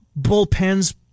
bullpens